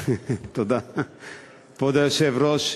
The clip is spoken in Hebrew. כבוד היושב-ראש,